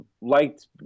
liked